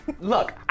Look